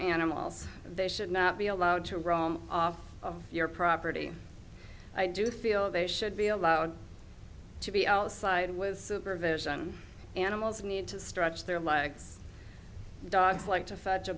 animals they should not be allowed to roam off of your property i do feel they should be allowed to be outside was super vision animals need to stretch their legs dogs like to fetch a